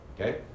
Okay